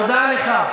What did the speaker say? תודה לך.